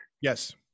Yes